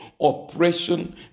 oppression